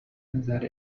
نظر